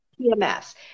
PMS